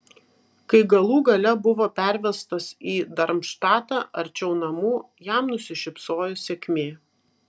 kai galų gale buvo pervestas į darmštatą arčiau namų jam nusišypsojo sėkmė